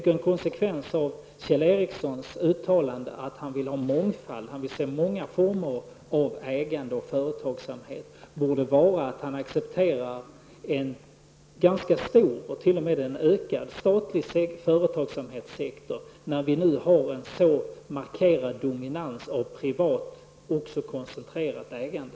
En konsekvens av Kjell Ericssons uttalande om att han vill ha mångfald och se många former av ägande och företagsamhet borde vara att han accepterar en ganska stor och t.o.m. en ökad statlig företagsamhetssektor, när det nu är en så markerad dominans av privat, koncentrerat ägande.